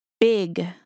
big